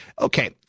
Okay